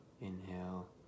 inhale